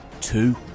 Two